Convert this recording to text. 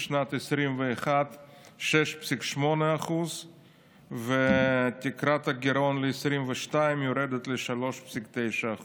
לשנת 2021 היא 6.8%. תקרת הגירעון ל-2022 יורדת ל-3.9%,